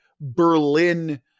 Berlin